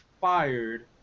fired